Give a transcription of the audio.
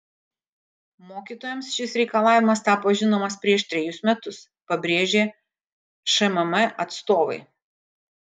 mokytojams šis reikalavimas tapo žinomas prieš trejus metus pabrėžė šmm atstovai